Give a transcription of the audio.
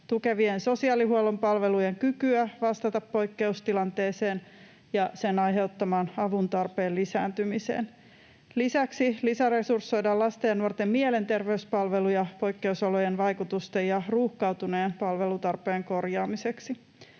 tukevien sosiaalihuollon palvelujen kykyä vastata poikkeustilanteeseen ja sen aiheuttamaan avun tarpeen lisääntymiseen. Lisäksi lisäresursoidaan lasten ja nuorten mielenterveyspalveluja poikkeusolojen vaikutusten ja ruuhkautuneen palvelutarpeen korjaamiseksi.